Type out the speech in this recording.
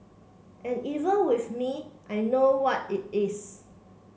and even with me I know what it is